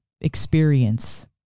experience